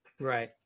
Right